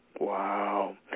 Wow